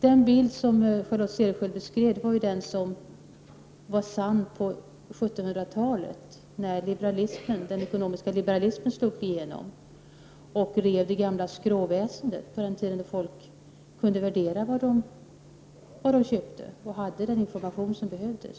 Den bild som Charlotte Cederschiöld beskrev var sann på 1700-talet, när den ekonomiska liberalismen slog igenom och rev det gamla skråväsendet. På den tiden kunde folk värdera vad de köpte, och man hade den information som behövdes.